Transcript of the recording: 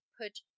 put